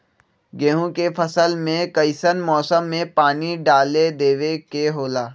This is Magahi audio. गेहूं के फसल में कइसन मौसम में पानी डालें देबे के होला?